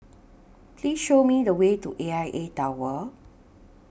Please Show Me The Way to A I A Tower